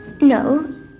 No